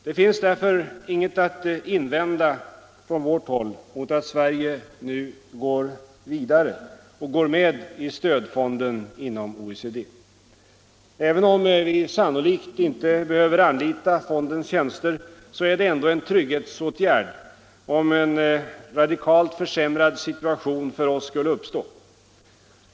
Det finns därför inget att invända från vårt håll mot att Sverige nu går vidare och går med i stödfonden inom OECD. Även om vi sannolikt inte behöver anlita fondens tjänster, är det ändå en trygghetsåtgärd om en radikalt försämrad situation för oss skulle uppstå.